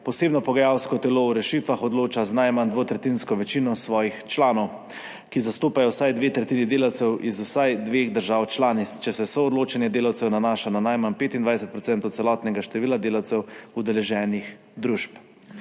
posebno pogajalsko telo o rešitvah odloča z najmanj dvotretjinsko večino svojih članov, ki zastopajo vsaj dve tretjini delavcev iz vsaj dveh držav članic, če se soodločanje delavcev nanaša na najmanj 25 % celotnega števila delavcev udeleženih družb.